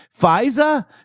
FISA